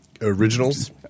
originals